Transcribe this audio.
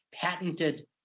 patented